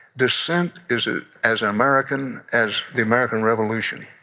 dissent is ah as american as the american revolution,